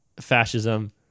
fascism